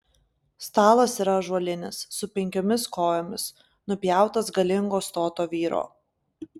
stalas yra ąžuolinis su penkiomis kojomis nupjautas galingo stoto vyro